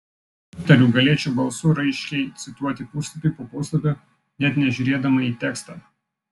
įtariu galėčiau balsu raiškiai cituoti puslapį po puslapio net nežiūrėdama į tekstą